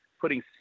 putting